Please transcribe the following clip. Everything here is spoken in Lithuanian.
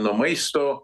nuo maisto